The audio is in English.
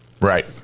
Right